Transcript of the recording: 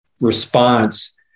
response